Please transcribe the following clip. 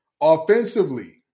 offensively